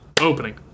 opening